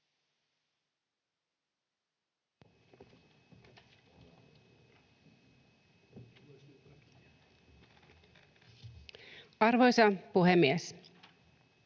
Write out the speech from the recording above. Arvoisa puhemies!